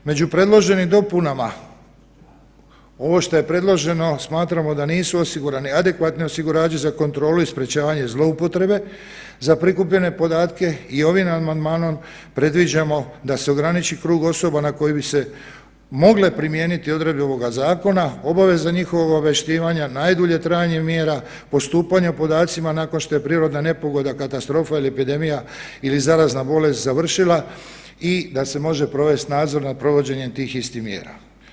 Među predloženim dopunama ovo što je predloženo, smatramo da nisu osigurani adekvatni osigurači za kontrolu i sprječavanje zloupotrebe za prikupljene podatke i ovim amandmanom predviđamo da se ograniči krug osoba na koje bi se mogle primijeniti odredbe ovoga zakona, obaveznog njihovog obavještavanja, najdulje trajanje mjera, postupanja podacima nakon što je prirodna nepogoda, katastrofa ili epidemija ili zarazna bolest završila i da se može provesti nadzor nad provođenjem tih istih mjera.